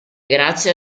grazie